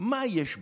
מה יש בכם?